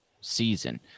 season